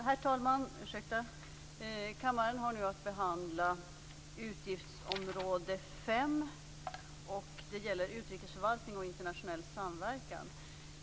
Herr talman! Kammaren har nu att behandla utgiftsområde 5, och det gäller utrikesförvaltning och internationell samverkan.